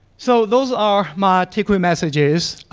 so those are my takeaway messages